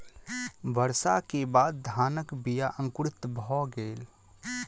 वर्षा के बाद धानक बीया अंकुरित भअ गेल